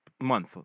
month